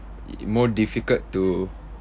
i~ more difficult to